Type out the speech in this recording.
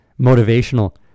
motivational